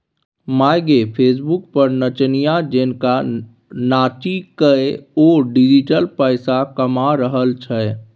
माय गे फेसबुक पर नचनिया जेंका नाचिकए ओ डिजिटल पैसा कमा रहल छै